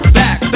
back